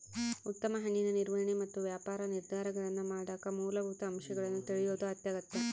ಉತ್ತಮ ಹಣ್ಣಿನ ನಿರ್ವಹಣೆ ಮತ್ತು ವ್ಯಾಪಾರ ನಿರ್ಧಾರಗಳನ್ನಮಾಡಕ ಮೂಲಭೂತ ಅಂಶಗಳನ್ನು ತಿಳಿಯೋದು ಅತ್ಯಗತ್ಯ